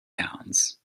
pounds